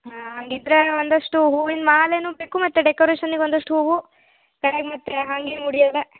ಹಾಂ ಹಾಗಿದ್ರೆ ಒಂದಷ್ಟು ಹೂವಿನ ಮಾಲೆಯೂ ಬೇಕು ಮತ್ತೆ ಡೆಕೋರೇಷನ್ನಿಗೆ ಒಂದಷ್ಟು ಹೂವು ಕಡೆಗೆ ಮತ್ತೆ ಹಾಗೇ ಮುಡಿಯಲು